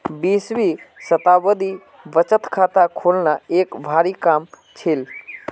बीसवीं शताब्दीत बचत खाता खोलना एक भारी काम छील